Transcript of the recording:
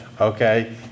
okay